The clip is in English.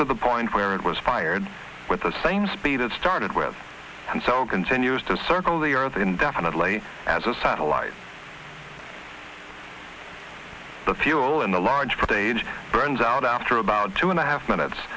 to the point where it was fired with the same speed it started with and so continues to circle the earth indefinitely as a satellite the fuel in the large pre dated burns out after about two and a half minutes